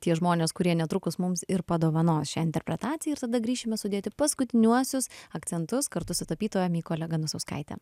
tie žmonės kurie netrukus mums ir padovanos šią interpretaciją ir tada grįšime sudėti paskutiniuosius akcentus kartu su tapytoja mykole ganusauskaite